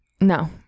No